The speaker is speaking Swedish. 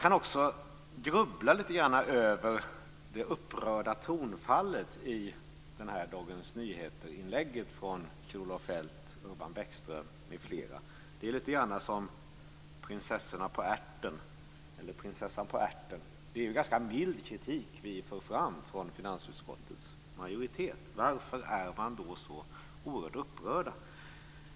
Man kan grubbla lite över det upprörda tonfallet från Kjell-Olof Feldt, Urban Bäckström m.fl. i inlägget i Dagens Nyheter. Det är lite grann som prinsessan på ärten. Finansutskottets majoritet för fram ganska mild kritik. Varför är de då så oerhört upprörda?